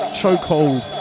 chokehold